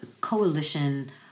coalition